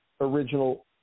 original